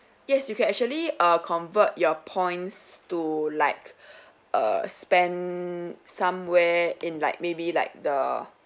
yes you can actually err convert your points to like err spend somewhere in like maybe like the